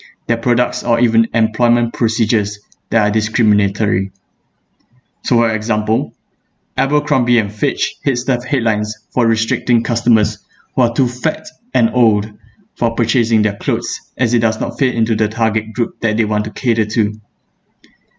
their products or even employment procedures that are discriminatory so one example Abercrombie & Fitch headstart headlines for restricting customers who are too fat and old for purchasing their clothes as it does not fit into the target group that they want to cater to